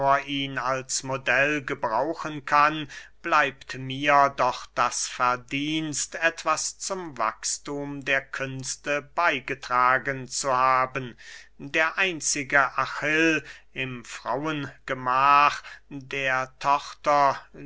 ihn als modell gebrauchen kann bleibt mir doch das verdienst etwas zum wachsthum der künste beygetragen zu haben der einzige achill im frauengemach der tochter